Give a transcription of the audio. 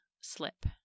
slip